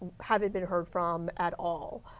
haven't been heard from at all.